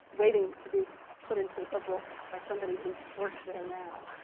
waiting to be put into a book by somebody who works there now.